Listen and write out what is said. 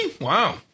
Wow